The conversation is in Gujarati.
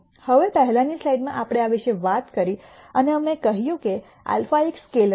હવે પહેલાની સ્લાઇડમાં આપણે આ વિશે વાત કરી અને અમે કહ્યું કે α એક સ્કેલેર છે